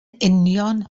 union